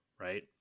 right